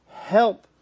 help